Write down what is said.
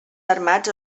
armats